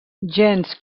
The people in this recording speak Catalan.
gens